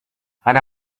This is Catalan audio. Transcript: ara